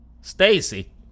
Stacy